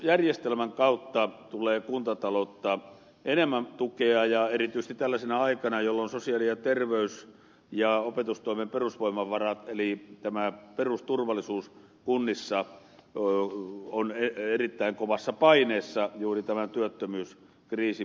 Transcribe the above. valtionosuusjärjestelmän kautta tulee kuntataloutta enemmän tukea ja erityisesti tällaisena aikana jolloin sosiaali ja terveys ja opetustoimen perusvoimavarat eli perusturvallisuus kunnissa on erittäin kovassa paineessa juuri tämän työttömyyskriisin pahetessa